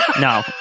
No